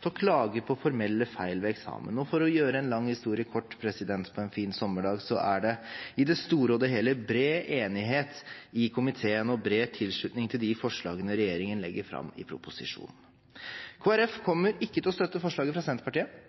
å klage på formelle feil ved eksamen. Og for å gjøre en lang historie kort på en fin sommerdag er det i det store og hele bred enighet i komiteen og bred tilslutning til de forslagene regjeringen legger fram i proposisjonen. Kristelig Folkeparti kommer ikke til å støtte forslaget fra Senterpartiet